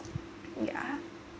yeah